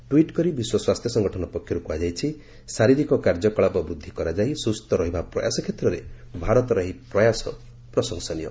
tweet କରି ବିଶ୍ୱ ସ୍ୱାସ୍ଥ୍ୟ ସଂଗଠନ ପକ୍ଷରୁ କୁହାଯାଇଛି ଶାରୀରିକ କାର୍ଯ୍ୟକଳାପ ବୁଦ୍ଧି କରାଯାଇ ସୁସ୍ଥ ରହିବା ପ୍ରୟାସ କ୍ଷେତ୍ରରେ ଭାରତର ଏହି ପ୍ରୟସା ପ୍ରଶଂସନୀୟ